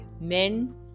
men